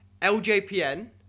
LJPN